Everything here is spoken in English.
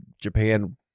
Japan